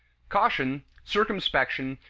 caution, circumspection,